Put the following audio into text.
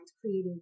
created